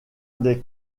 des